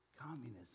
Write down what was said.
communism